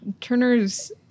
Turner's